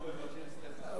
אנחנו מבקשים סליחה.